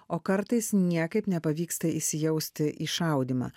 o kartais niekaip nepavyksta įsijausti į šaudymą